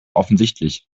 offensichtlich